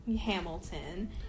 Hamilton